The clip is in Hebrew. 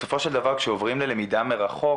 בסופו של דבר, כשעוברים ללמידה מרחוק